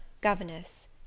governess